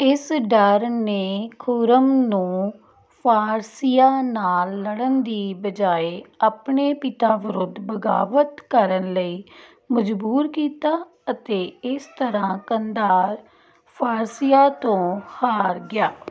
ਇਸ ਡਰ ਨੇ ਖੁਰਮ ਨੂੰ ਫਾਰਸੀਆਂ ਨਾਲ ਲੜਨ ਦੀ ਬਜਾਏ ਆਪਣੇ ਪਿਤਾ ਵਿਰੁੱਧ ਬਗਾਵਤ ਕਰਨ ਲਈ ਮਜ਼ਬੂਰ ਕੀਤਾ ਅਤੇ ਇਸ ਤਰ੍ਹਾਂ ਕੰਧਾਰ ਫਾਰਸੀਆਂ ਤੋਂ ਹਾਰ ਗਿਆ